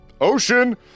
ocean